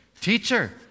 Teacher